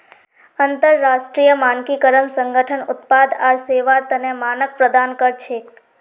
अंतरराष्ट्रीय मानकीकरण संगठन उत्पाद आर सेवार तने मानक प्रदान कर छेक